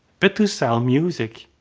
but to sell music.